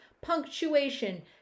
punctuation